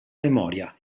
memoria